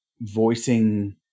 voicing